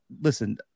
listen